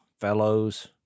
fellows